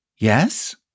Yes